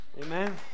Amen